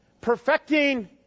perfecting